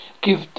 give